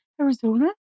Arizona